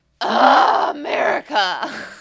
America